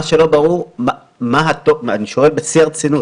מה שלא ברור אני שואל בשיא הרצינות,